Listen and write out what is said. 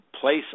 place